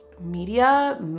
media